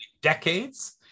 decades